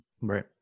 Right